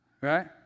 right